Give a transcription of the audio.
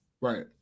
Right